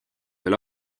veel